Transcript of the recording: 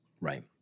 Right